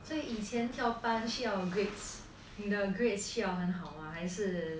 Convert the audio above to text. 所以以前跳班需要 grades 你的 grades 需要很好吗还是